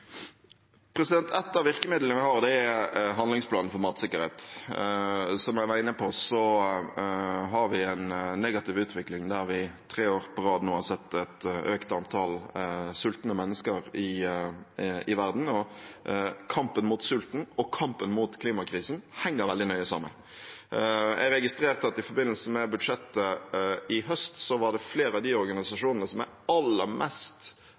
av virkemidlene vi har, er handlingsplanen for matsikkerhet. Som jeg var inne på, har vi en negativ utvikling der vi nå tre år på rad har sett et økt antall sultende mennesker i verden. Kampen mot sulten og kampen mot klimakrisen henger veldig nøye sammen. Jeg registrerte at i forbindelse med budsjettet i høst, var det flere av de organisasjonene som er aller mest